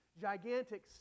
gigantic